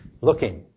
looking